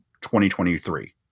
2023